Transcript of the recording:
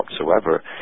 whatsoever